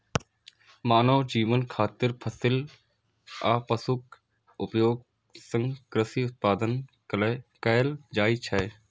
मानव जीवन खातिर फसिल आ पशुक उपयोग सं कृषि उत्पादन कैल जाइ छै